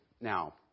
Now